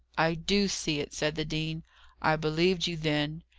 i do see it, said the dean i believed you then.